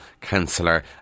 councillor